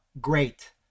great